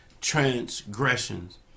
transgressions